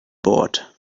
board